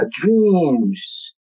dreams